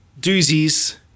doozies